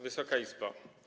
Wysoka Izbo!